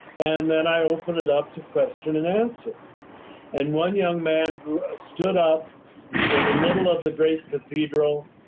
and then i opened it up to question and answer and one young man stood up in the middle of the great cathedral,